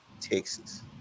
Texas